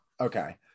Okay